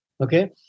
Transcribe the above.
Okay